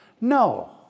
No